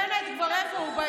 בנט, איפה הוא?